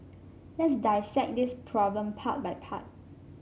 let's dissect this problem part by part